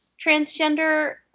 transgender